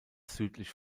südlich